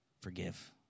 Forgive